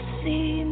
see